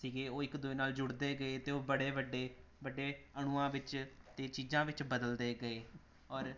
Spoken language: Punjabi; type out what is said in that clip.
ਸੀਗੇ ਉਹ ਇੱਕ ਦੂਜੇ ਨਾਲ ਜੁੜਦੇ ਗਏ ਅਤੇ ਉਹ ਬੜੇ ਵੱਡੇ ਵੱਡੇ ਅਣੂੰਆਂ ਵਿੱਚ ਅਤੇ ਚੀਜ਼ਾਂ ਵਿੱਚ ਬਦਲਦੇ ਗਏ ਔਰ